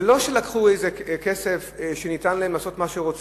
זה לא שלקחו כסף שניתן להם לעשות בו מה שהם רוצים.